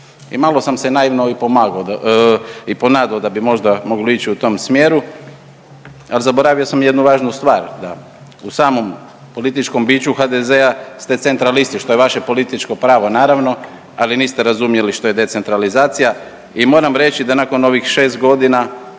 I malo sam se naivno i ponadao da bi možda moglo ići u tom smjeru, ali zaboravio sam jednu važnu stvar, da. U samom političkom biću HDZ-a ste centralisti što je vaše političko pravo naravno, ali niste razumjeli što je decentralizacija. I moram reći da nakon ovih šest godina